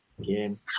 game